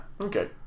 Okay